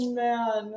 man